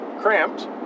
cramped